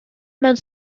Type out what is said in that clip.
mewn